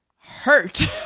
hurt